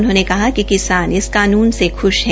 उन्होंने कहा कि किसान इस कानून से ख्श है